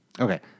Okay